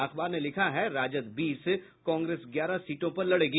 अखबार ने लिखा है राजद बीस कांग्रेस ग्यारह सीटों पर लड़ेगी